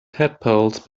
tadpoles